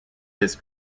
his